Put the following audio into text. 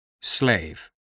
Slave